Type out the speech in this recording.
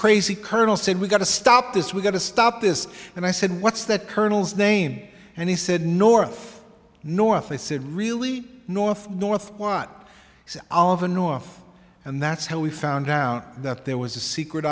crazy colonel said we've got to stop this we've got to stop this and i said what's that colonel's name and he said north north they said really north north what oliver north and that's how we found out that there was a secret